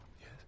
Yes